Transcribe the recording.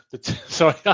sorry